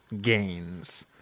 gains